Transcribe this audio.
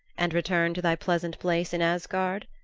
and return to thy pleasant place in asgard?